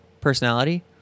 personality